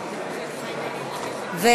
בבקשה,